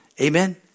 Amen